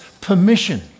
permission